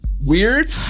Weird